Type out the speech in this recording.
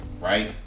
Right